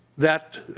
that